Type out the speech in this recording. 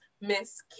Miss